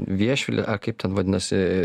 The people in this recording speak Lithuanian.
viešvilė ar kaip ten vadinasi